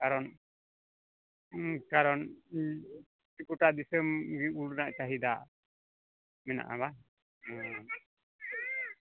ᱠᱟᱨᱚᱱ ᱠᱟᱨᱚᱱ ᱜᱚᱴᱟ ᱫᱤᱥᱚᱢ ᱜᱮ ᱩᱞ ᱨᱮᱱᱟᱜ ᱪᱟᱦᱤᱫᱟ ᱢᱮᱱᱟᱜᱼᱟ ᱵᱟᱝ ᱚ